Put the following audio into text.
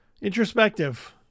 introspective